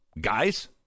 guys